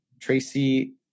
Tracy